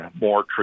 more